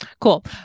Cool